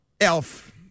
Elf